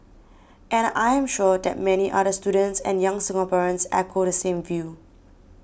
and I am sure that many other students and young Singaporeans echo the same view